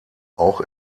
auch